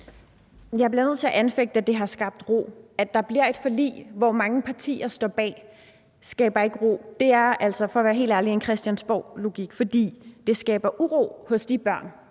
Jeg bliver nødt til at anfægte, at det har skabt ro. At der bliver et forlig, som mange partier står bag, skaber ikke ro, og det er altså, for at være helt ærlig, en Christiansborglogik. For det skaber uro hos de børn,